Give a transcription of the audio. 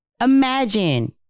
Imagine